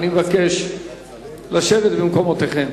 אני מבקש לשבת במקומותיכם.